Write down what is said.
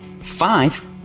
five